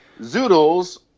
Zoodles